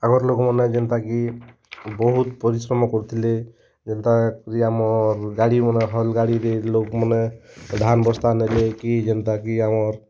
ଆମର୍ ଲୋକମାନେ ଯେନ୍ତା କି ବହୁତ ପରିଶ୍ରମ କରୁଥିଲେ ଯେନ୍ତା କରି ଆମର ଗାଡ଼ି ମାନେ ହଲ୍ ଗାଡ଼ିରେ ଲୋକମାନେ ଧାନ୍ ବସ୍ତା ନେଲେ କି ଯେନ୍ତା କି ଆମର୍